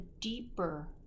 deeper